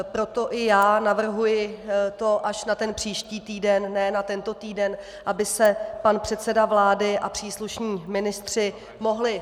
Proto i já to navrhuji až na příští týden, ne na tento týden, aby se pan předseda vlády a příslušní ministři mohli...